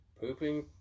Pooping